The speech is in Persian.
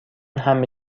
همه